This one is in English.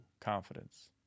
confidence